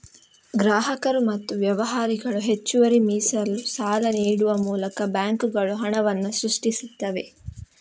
ಗ್ರಾಹಕರು ಮತ್ತು ವ್ಯವಹಾರಗಳಿಗೆ ಹೆಚ್ಚುವರಿ ಮೀಸಲು ಸಾಲ ನೀಡುವ ಮೂಲಕ ಬ್ಯಾಂಕುಗಳು ಹಣವನ್ನ ಸೃಷ್ಟಿಸ್ತವೆ